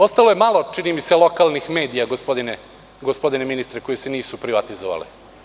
Ostalo je malo čini mi se lokalnih medija, gospodine ministre, koji se nisu privatizovali.